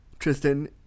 Tristan